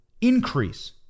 increase